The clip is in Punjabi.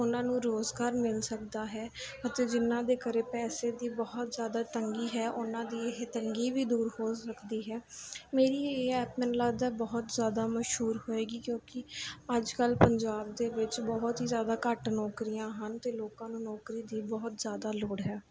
ਉਹਨਾਂ ਨੂੰ ਰੋਜ਼ਗਾਰ ਮਿਲ ਸਕਦਾ ਹੈ ਅਤੇ ਜਿਹਨਾਂ ਦੇ ਘਰ ਪੈਸੇ ਦੀ ਬਹੁਤ ਜ਼ਿਆਦਾ ਤੰਗੀ ਹੈ ਉਹਨਾਂ ਦੀ ਇਹ ਤੰਗੀ ਵੀ ਦੂਰ ਹੋ ਸਕਦੀ ਹੈ ਮੇਰੀ ਇਹ ਐਪ ਮੈਨੂੰ ਲੱਗਦਾ ਬਹੁਤ ਜ਼ਿਆਦਾ ਮਸ਼ਹੂਰ ਹੋਏਗੀ ਕਿਉਂਕਿ ਅੱਜ ਕੱਲ੍ਹ ਪੰਜਾਬ ਦੇ ਵਿੱਚ ਬਹੁਤ ਹੀ ਜ਼ਿਆਦਾ ਘੱਟ ਨੌਕਰੀਆਂ ਹਨ ਅਤੇ ਲੋਕਾਂ ਨੂੰ ਨੌਕਰੀ ਦੀ ਬਹੁਤ ਜ਼ਿਆਦਾ ਲੋੜ ਹੈ